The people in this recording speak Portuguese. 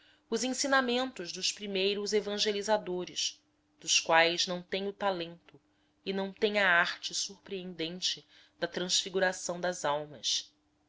os ensinamentos dos primeiros evangelizadores dos quais não tem o talento e não tem a arte surpreendente da transfiguração das almas